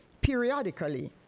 periodically